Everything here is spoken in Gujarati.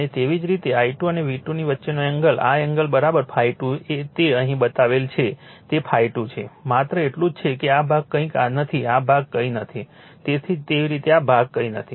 અને તેવી જ રીતે I2 અને V2 ની વચ્ચેનો એંગલ આ એંગલ ∅2 તે અહીં બતાવેલ છે તે ∅2 છે માત્ર એટલું જ છે કે આ ભાગ કંઈ નથી આ ભાગ કંઈ નથી તેવી જ રીતે આ ભાગ કંઈ નથી